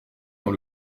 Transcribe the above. dans